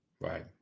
Right